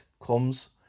comes